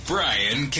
Brian